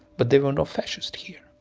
but there were no fascists here